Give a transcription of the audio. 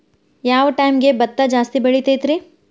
ಯಾವ ಟೈಮ್ಗೆ ಭತ್ತ ಜಾಸ್ತಿ ಬೆಳಿತೈತ್ರೇ?